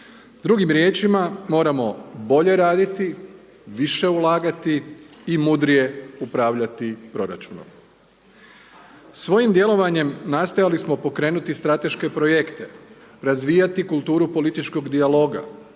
Drugim riječima moramo bolje raditi, više ulagati i mudrije upravljati proračunom. Svojim djelovanjem nastojali smo pokrenuti strateške projekte, razvijati kulturu političkog dijaloga,